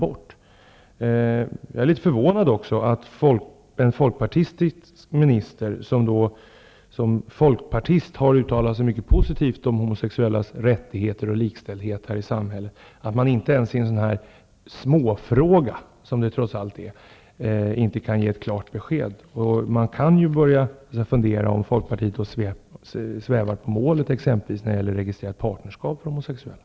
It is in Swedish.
Jag är dessutom litet förvånad över att en folkpartistisk minister, som i egenskap av folkpartist har uttalat sig mycket positivt om homosexuellas rättigheter och likställighet i samhället, inte ens i en sådan här liten fråga, som det trots allt rör sig om, kan ge ett klart besked. Man kan fundera om Folkpartiet har börjat sväva på målet när det gäller t.ex. registrerat partnerskap för homosexuella.